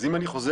אז אם אני חוזר,